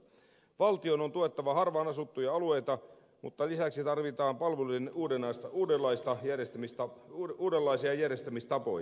valtion on tuettava harvaanasuttuja alueita mutta lisäksi tarvitaan palvelujen uudenlaisia järjestämistapoja